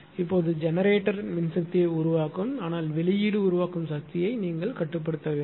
இப்போது ஜெனரேட்டர் மின்சக்தியை உருவாக்கும் ஆனால் வெளியீடு உருவாக்கும் சக்தியை நீங்கள் கட்டுப்படுத்த வேண்டும்